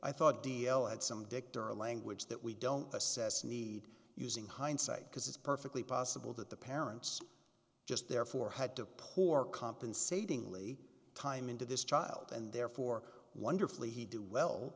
i thought d l had some dick during language that we don't assess need using hindsight because it's perfectly possible that the parents just therefore had to pour compensating lee time into this child and therefore wonderfully he do well